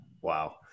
Wow